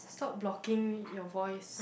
stop blocking your voice